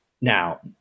Now